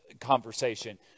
conversation